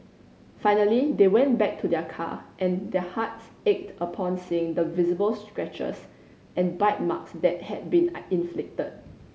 finally they went back to their car and their hearts ached upon seeing the visible scratches and bite marks that had been a inflicted